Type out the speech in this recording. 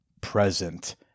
present